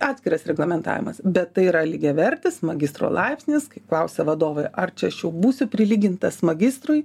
atskiras reglamentavimas bet tai yra lygiavertis magistro laipsnis kai klausia vadovai ar čia aš jau būsiu prilygintas magistrui